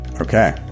Okay